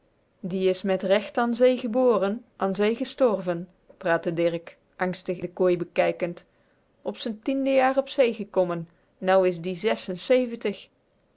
die is met recht an zee geboren an zee gestorven praatte dirk angstig de kooi bekijkend op z'n tiènde jaar op zee gekommen nou is die